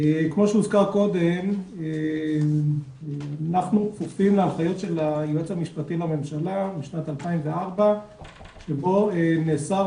כמו שהוזכר קודם אנחנו כפופים לאחריות של היועמ"ש משנת 2004 שבו נאסר